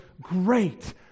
great